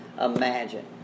imagine